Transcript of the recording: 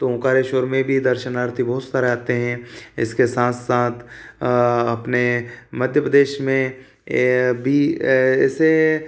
तो ओमकारेश्वर में भी दर्शनार्थी बहुत सारे आते है इसके साथ साथ अपने मध्य प्रदेश में भी ऐसे